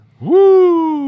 Woo